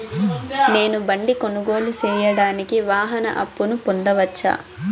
నేను బండి కొనుగోలు సేయడానికి వాహన అప్పును పొందవచ్చా?